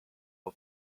for